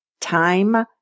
Time